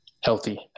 healthy